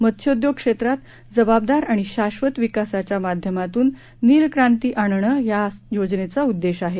मत्स्योद्योग क्षेत्रात जबाबदार आणि शाश्वत विकासाच्या माध्यमातून नील क्रांती आणणं हा या योजनेचा उद्देश आहे